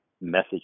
message